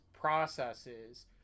processes